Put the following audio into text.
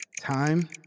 Time